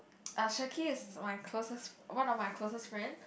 uh Shakir is my closest one of my closest friend